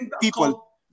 people